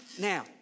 Now